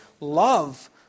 love